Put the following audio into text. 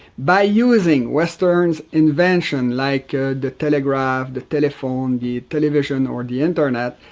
by using western inventions like the telegraph, the telephone the television or the internet,